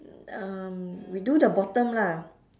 um we do the bottom lah